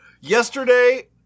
Yesterday